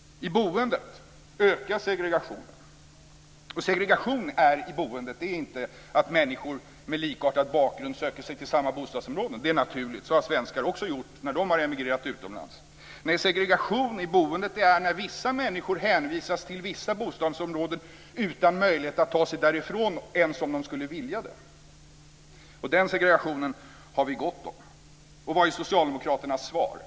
I boendet ökar segregationen. Segregation i boendet är inte att människor med likartad bakgrund söker sig till samma bostadsområden. Det är naturligt. Så har också svenskar gjort när de har emigrerat till andra länder. Nej, segregation i boendet är när vissa människor hänvisas till vissa bostadsområden utan möjlighet att ta sig därifrån ens om de skulle vilja det. Den segregationen har vi gott om. Vad är socialdemokraternas svar?